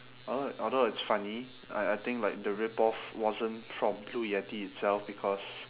although it although it's funny I I think like the rip off wasn't from blue yeti itself because